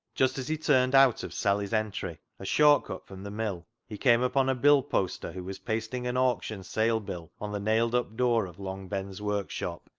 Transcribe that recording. just as he turned out of sally's entry, a short cut from the mill, he came upon a bill-poster who was pasting an auction sale bill on the nailed-up door of long ben's workshop.